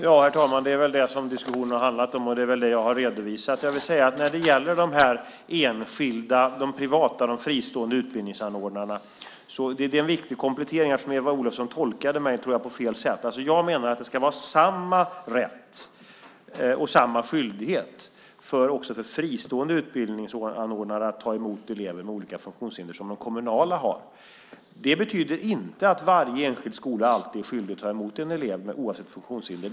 Herr talman! Det är väl det som diskussionen har handlat om, och det är det som jag har redovisat. Jag vill göra en viktig komplettering när det gäller de enskilda, privata och fristående utbildningsanordnarna eftersom jag tror att Eva Olofsson tolkade mig på fel sätt. Jag menar att det ska vara samma rätt och samma skyldighet för fristående utbildningsanordnare att ta emot elever med olika funktionshinder som de kommunala har. Det betyder inte att varje enskild skola alltid är skyldig att ta emot en elev oavsett funktionshinder.